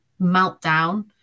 meltdown